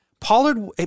Pollard